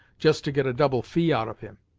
just to get a double fee out of him.